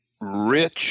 rich